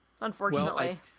unfortunately